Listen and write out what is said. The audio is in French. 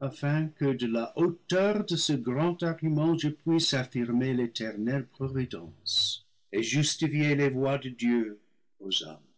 afin que de la hauteur de ce grand argument je puisse affirmer l'éternelle providence et justifier les voies de dieu aux hommes